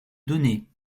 donner